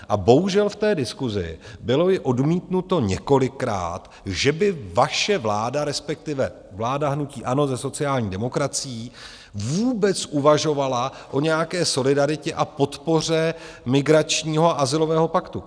A bohužel, v té diskusi bylo i odmítnuto několikrát, že by vaše vláda, respektive vláda hnutí ANO se sociální demokracií, vůbec uvažovala o nějaké solidaritě a podpoře migračního a azylového paktu.